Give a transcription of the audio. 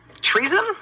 treason